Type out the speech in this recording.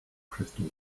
crystal